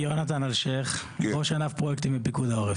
יונתן אלשייך, ראש ענף פרויקטים בפיקוד העורף.